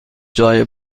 جای